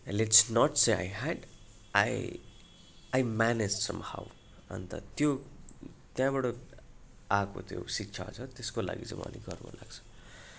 let's not say I had I I manage somehow अन्त त्यो त्यहाँबाट आएको त्यो शिक्षा छ त्यसको लागि चाहिँ म अलिक गर्व लाग्छ